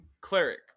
cleric